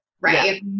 right